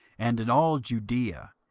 and in all judaea,